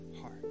heart